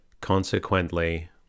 Consequently